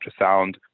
ultrasound